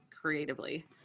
creatively